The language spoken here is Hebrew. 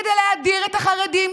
של קביעת חוק האזרחות לפני כ-20 שנה,